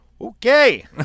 Okay